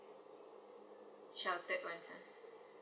sheltered ones ah